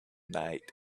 night